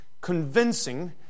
convincing